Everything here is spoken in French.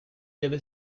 avait